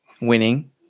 winning